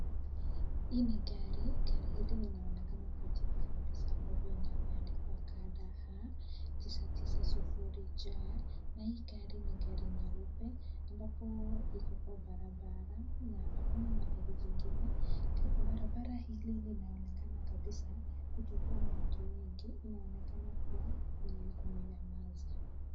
Hii ni gari. Gari hili linaonekana kuwa jipya kabisa ambalo limeandikwa KDH 990J na hii gari ni gari nyeupe ambapo iko kwa barabara na hakuna magari zingine. Barabara hili linaonekana kabisa kutokuwa na watu wengi. Inaonekana kuwa kumenyamaza.